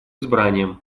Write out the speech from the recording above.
избранием